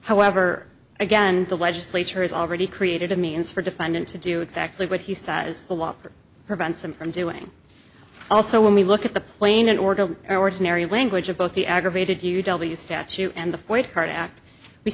however again the legislature has already created a means for defendant to do exactly what he says the law prevents him from doing also when we look at the plane in order in ordinary language of both the aggravated u w statute and the